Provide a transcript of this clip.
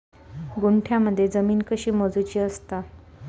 गुंठयामध्ये जमीन कशी मोजूची असता?